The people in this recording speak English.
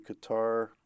Qatar